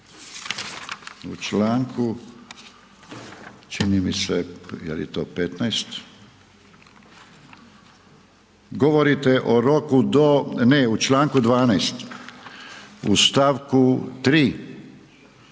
u Članku čini mi se je li to 15. govorite o roku do, ne u Članku 12. u stavku 3.